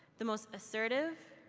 the most assertive,